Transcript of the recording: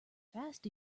fast